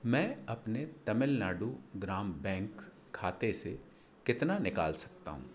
मैं अपने तमिलनाडु ग्राम बैंक खाते से कितना निकाल सकता हूँ